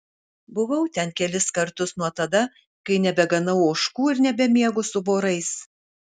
buvau ten kelis kartus nuo tada kai nebeganau ožkų ir nebemiegu su vorais